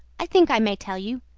i think i may tell you.